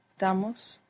damos